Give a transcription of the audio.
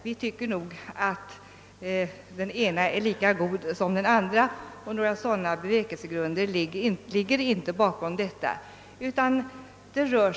Den ene är lika god som den andre, och några sådana bevekelsegrunder ligger inte bakom utskottets ställningstagande.